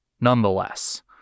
nonetheless